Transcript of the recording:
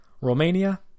Romania